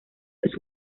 los